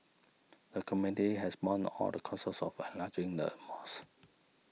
the community has borne all the costs of enlarging the mosque